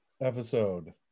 episode